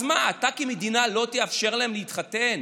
אז מה, אתה כמדינה לא תאפשר להם להתחתן?